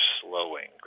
slowing